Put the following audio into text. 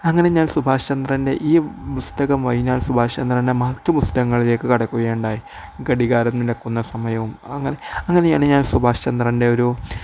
അങ്ങനെ ഞാൻ സുഭാഷ് ചന്ദ്രൻ്റെ ഈ പുസ്തകം കഴിഞ്ഞാൽ സുഭാഷ് ചന്ദ്രൻ്റെ മറ്റു പുസ്തകങ്ങളിലേക്ക് കടക്കുകയുണ്ടായി ഘടികാരം നടക്കുന്ന സമയവും അങ്ങനെ അങ്ങനെയാണ് ഞാൻ സുഭാഷ് ചന്ദ്രൻ്റെ ഒരു